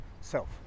self